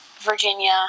Virginia